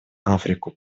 африку